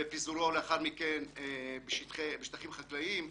ופיזורו לאחר מכן בשטחים חקלאיים,